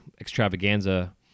extravaganza